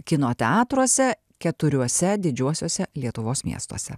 kino teatruose keturiuose didžiuosiuose lietuvos miestuose